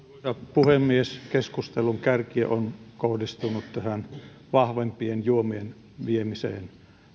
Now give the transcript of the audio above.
puhemies keskustelun kärki on kohdistunut tähän vahvempien juomien viemiseen